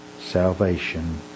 salvation